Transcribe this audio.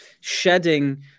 shedding